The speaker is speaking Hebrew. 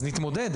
אז נתמודד,